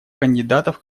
кандидатов